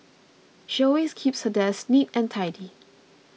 she always keeps her desk neat and tidy